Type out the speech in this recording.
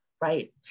right